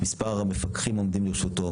מספר המפקחים העומדים לרשותו,